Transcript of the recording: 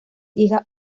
hija